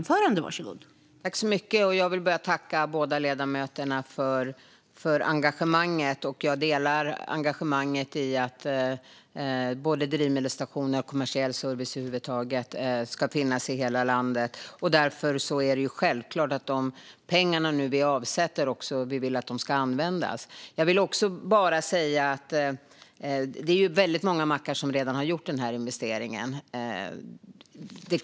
Fru talman! Jag vill tacka båda ledamöterna för engagemanget. Jag delar engagemanget när det gäller att både drivmedelsstationer och kommersiell service över huvud taget ska finnas i hela landet. Därför vill vi självfallet att de pengar vi nu avsätter ska användas. Jag vill också säga att väldigt många mackar redan har gjort investeringen.